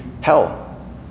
hell